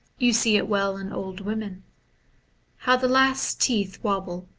you see it well in old women how the last teeth wobble,